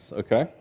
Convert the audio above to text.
okay